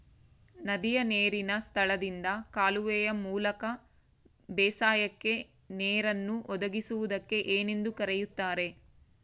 ನದಿಯ ನೇರಿನ ಸ್ಥಳದಿಂದ ಕಾಲುವೆಯ ಮೂಲಕ ಬೇಸಾಯಕ್ಕೆ ನೇರನ್ನು ಒದಗಿಸುವುದಕ್ಕೆ ಏನೆಂದು ಕರೆಯುತ್ತಾರೆ?